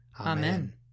Amen